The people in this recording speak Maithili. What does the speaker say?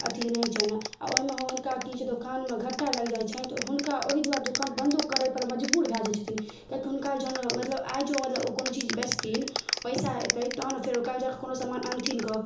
अथी नहि होइत छैन आ ओहिमे हुनका की होइत छैन दोकानमे घाटा लागि जाइत छैन तऽ हुनका ओहि दुआरे दोकान बन्दो करै पर मजबुर भए जाइत छथिन किएकि हुनका जहन मतलब आइ जौँ मतलब ओ कोनो चीज बेचथिन पैसा एतै तहन फेर ओ काल्हि जा कऽ कोनो सामान अनथिन गऽ